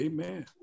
Amen